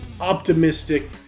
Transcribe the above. optimistic